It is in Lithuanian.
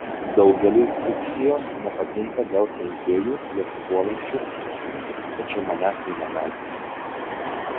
daugeliui fuksijos nepatinka dėl kenkėjų jas puolančių tačiau manęs tai negąsdina